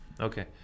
okay